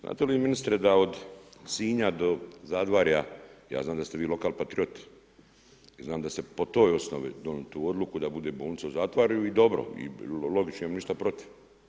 Znate li vi ministre da od Sinja do Zadvarja, ja znam da ste vi lokalpatriot i znam da ste po toj osnovi donijeli tu odluku da bude bolnica u Zadvarju i dobro, i logično, nemam ništa protiv.